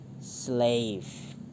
slave